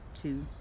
two